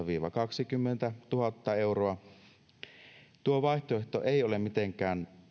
viiva kaksikymmentätuhatta euroa tuo vaihtoehto ei ole mitenkään